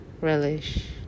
relish